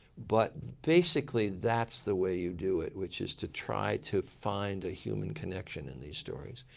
but basically that's the way you do it, which is to try to find a human connection in these stories.